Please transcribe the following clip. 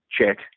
check